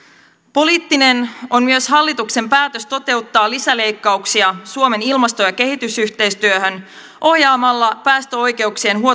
poliittinen on myös hallituksen päätös toteuttaa lisäleikkauksia suomen ilmasto ja kehitysyhteistyöhön ohjaamalla päästöoikeuksien